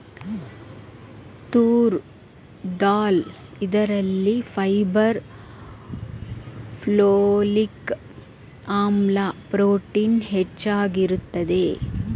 ತೂರ್ ದಾಲ್ ಇದರಲ್ಲಿ fibre, folic ಆಮ್ಲ, protein ಹೆಚ್ಚಾಗಿರುತ್ತದೆ